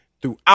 Throughout